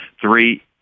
Three